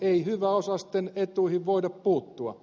ei hyväosaisten etuihin voida puuttua